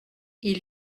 ils